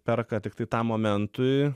perka tiktai tam momentui